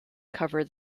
cover